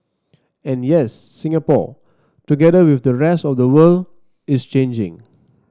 and yes Singapore together with the rest of the world is changing